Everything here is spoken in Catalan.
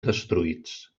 destruïts